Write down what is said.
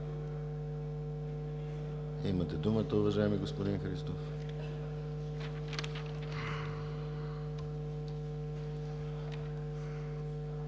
Имате думата, уважаеми господин Кутев.